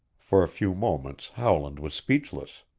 for a few moments howland was speechless.